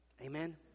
Amen